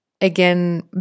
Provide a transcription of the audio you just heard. again